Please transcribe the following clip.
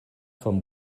von